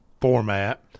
format